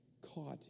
caught